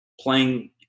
Playing